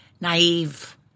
naive